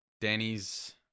Danny's